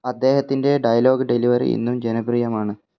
അദ്ദേഹത്തിൻ്റെ dialogue delivery ഇന്നും ജനപ്രിയമാണ്